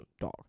dog